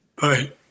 Bye